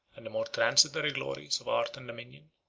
and the more transitory glories of art and dominion,